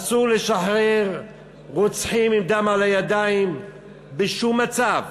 אסור לשחרר רוצחים עם דם על הידיים בשום מצב,